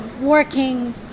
working